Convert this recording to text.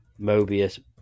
Mobius